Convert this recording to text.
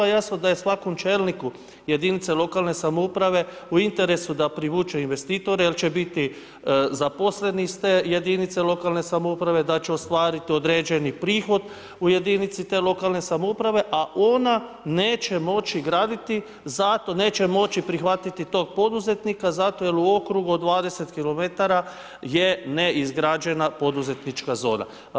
Jasno da je svakom čelniku jedinice lokalne samouprave u interesu da privuče investitore, jer će biti zaposleni ste jedinice lokalne samouprave, da će ostvariti određeni prihod u jedinici te lokalne samouprave, a ona neće moći graditi zato neće moći prihvatiti tog poduzetnika zato jer u okrugu od 20 km je neizgrađena poduzetnička zona.